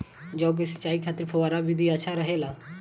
जौ के सिंचाई खातिर फव्वारा विधि अच्छा रहेला?